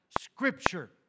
scripture